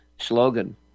slogan